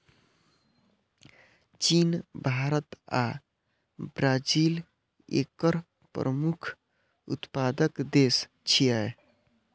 चीन, भारत आ ब्राजील एकर प्रमुख उत्पादक देश छियै